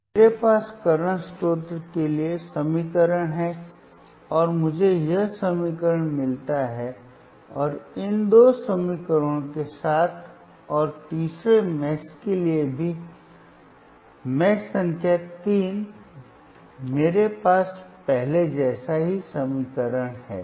तो मेरे पास करंट स्रोत के लिए समीकरण है और मुझे यह समीकरण मिलता है और इन दो समीकरणों के साथ और तीसरे मेष के लिए भी जाल संख्या 3 मेरे पास पहले जैसा ही समीकरण है